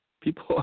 People